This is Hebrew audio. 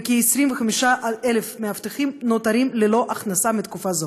וכ-25,000 מאבטחים נותרים ללא הכנסה מתקופה זו.